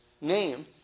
name